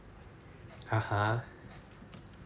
(uh huh)